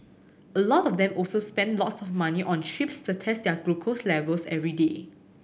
a lot of them also spend lots of money on strips to test their glucose levels every day